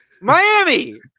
Miami